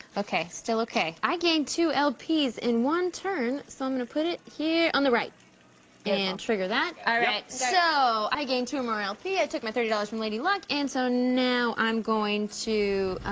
okay, still okay. i gained two lps in one turn, so i'm gonna put it here on the right and trigger that. alright, so i gained two um or more lp, i took my thirty dollars from lady luck, and so now i'm going to,